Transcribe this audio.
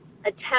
attempt